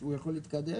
הוא יכול להתקדם?